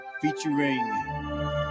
Featuring